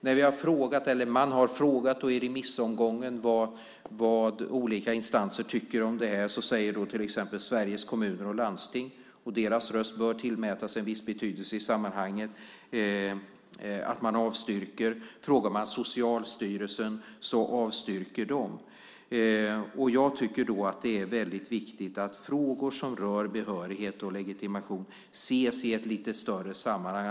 När man i remissomgången har frågat vad olika instanser tycker om det här säger till exempel Sveriges Kommuner och Landsting, och deras röst bör tillmätas en viss betydelse i sammanhanget, att man avstyrker. Socialstyrelsen avstyrker. Jag tycker att det är väldigt viktigt att frågor som rör behörighet och legitimation ses i ett större sammanhang.